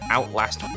Outlast